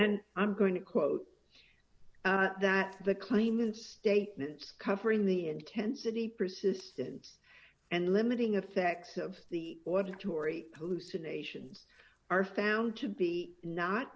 and i'm going to quote that the claimant statements covering the intensity persistence and limiting effects of the auditorium who said nations are found to be not